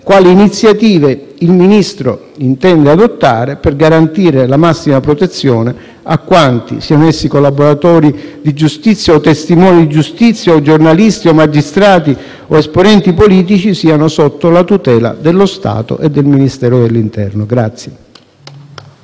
quali iniziative il Ministro intenda adottare per garantire la massima protezione a quanti, siano essi collaboratori di giustizia, testimoni di giustizia, giornalisti, magistrati o esponenti politici, siano sotto la tutela dello Stato e del Ministero dell'interno.